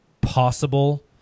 possible